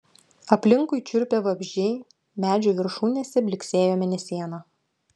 aplinkui čirpė vabzdžiai medžių viršūnėse blyksėjo mėnesiena